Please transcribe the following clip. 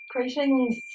Greetings